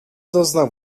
doznał